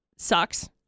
Sucks